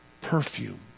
perfume